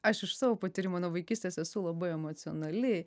aš iš savo patyrimo nuo vaikystės esu labai emocionali